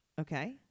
Okay